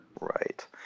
Right